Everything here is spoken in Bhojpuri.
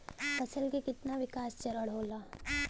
फसल के कितना विकास चरण होखेला?